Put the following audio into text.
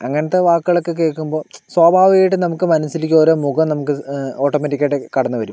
അങ്ങനത്തെ വാക്കുകളൊക്കെ കേൾക്കുമ്പോൾ സ്വാഭാവികമായിട്ടും നമുക്ക് മനസിലേയ്ക്ക് ഓരോ മുഖം നമുക്ക് ഓട്ടോമാറ്റിക്ക് ആയിട്ട് കടന്ന് വരും